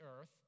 earth